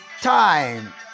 time